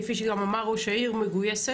כפי שגם אמר ראש העיר מגוייסת,